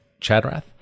Chadrath